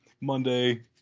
Monday